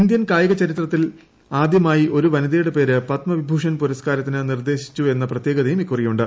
Indian കായിക ചരിത്രത്തിൽ ആദ്യമായി ഒരു വനിതയുടെ പേര് പദ്മ വിഭൂഷൺ പുരസ്കാരത്തിന് നിർദേശിച്ചെന്ന പ്രത്യേകതയും ഇക്കുറിയുണ്ട്